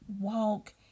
walk